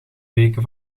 weken